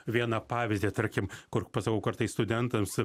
vieną pavyzdį tarkim kur pasakau kartais studentams